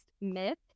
myth